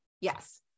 Yes